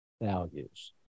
values